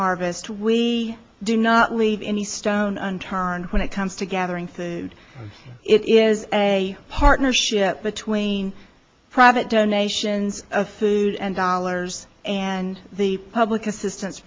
harvest we do not leave any stone unturned when it comes to gatherings and it is a partnership between private donations of food and dollars and the public assistance